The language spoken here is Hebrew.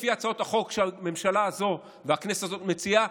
לפי הצעות החוק שהממשלה הזו והכנסת והזו מציעות,